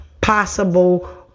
possible